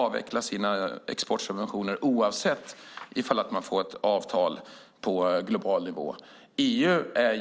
avveckla sina exportsubventioner oavsett om det blir ett avtal på global nivå eller inte.